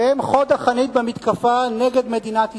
שהם חוד החנית במתקפה נגד מדינת ישראל.